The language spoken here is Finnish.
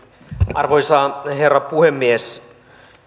arvoisa herra puhemies